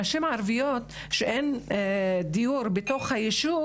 נשים ערביות, כשאין דיור בתוך היישוב